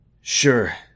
Sure